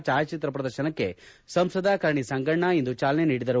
ಛಾಯಾಚಿತ್ರ ಪ್ರದರ್ಶನಕ್ಕೆ ಸಂಸದ ಕರಡಿ ಸಂಗಣ್ಣ ಇಂದು ಚಾಲನೆ ನೀಡಿದರು